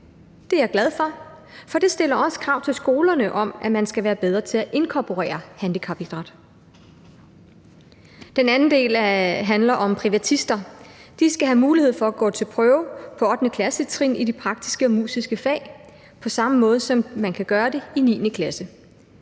Det er jeg glad for, for det stiller også krav til skolerne om, at man skal være bedre til at inkorporere handicapidræt. Den anden del handler om privatister. De skal have mulighed for at gå til prøve på 8. klassetrin i de praktiske og musiske fag, på samme måde som man kan gøre det i 9. klasse.